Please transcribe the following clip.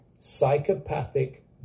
psychopathic